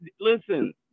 Listen